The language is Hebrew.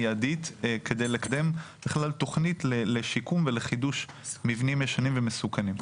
מיידית כדי לקדם בכלל תוכנית לשיקום ולחידוש מבנים ישנים ומסוכנים.